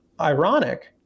ironic